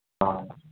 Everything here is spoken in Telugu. ఆ